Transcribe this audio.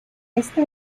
este